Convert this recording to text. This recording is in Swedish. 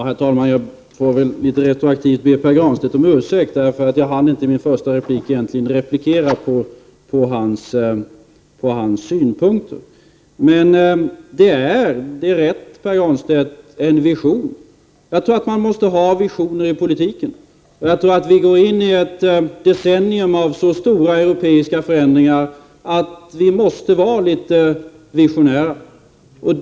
Herr talman! Jag får väl retroaktivt be Pär Granstedt om ursäkt, för jag hann i min första replik egentligen inte replikera på hans synpunkter. Det är rätt, Pär Granstedt, det är en vision. Jag tror att man måste ha visioner i politiken. Vi går in i ett decennium av så stora europeiska förändringar att vi måste vara litet visionära.